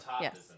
Yes